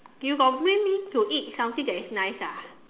you got bring me to eat something that is nice ah